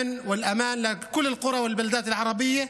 ביטחון ובטיחות לכל הכפרים והערים הערביים,